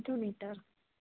અડધું મીટર